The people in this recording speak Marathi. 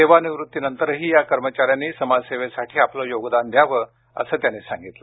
सेवानिवृत्तीनंतरही या कर्मचाऱ्यांनी समाजसेवेसाठी आपले योगदान द्यावे असं त्यांनी सांगितलं